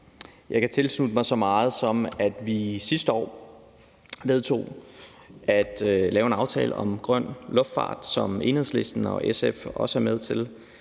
Jeg kan tilslutte mig så meget som at sige, at vi sidste år vedtog at lave en aftale om grøn luftfart, som Enhedslisten og SF også er med i,